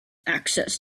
access